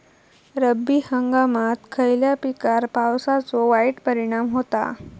रब्बी हंगामात खयल्या पिकार पावसाचो वाईट परिणाम होता?